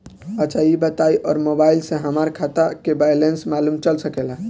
अच्छा ई बताईं और मोबाइल से हमार खाता के बइलेंस मालूम चल सकेला?